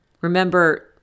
Remember